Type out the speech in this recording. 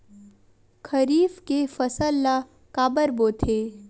खरीफ के फसल ला काबर बोथे?